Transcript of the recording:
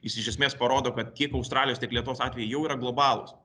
jis iš esmės parodo kad tiek australijos tiek lietuvos atvejai jau yra globalūs